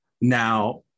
Now